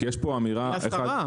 אני רוצה לחדד,